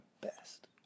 best